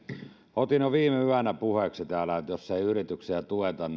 otin jo viime yönä puheeksi täällä että jos ei yrityksiä tueta